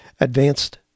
advanced